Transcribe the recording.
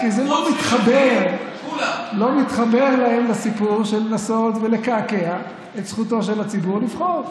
כי זה לא מתחבר להם לסיפור של לנסות ולקעקע את זכותו של הציבור לבחור.